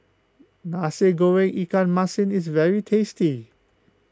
Nasi Goreng Ikan Masin is very tasty